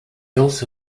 also